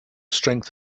strength